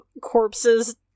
corpses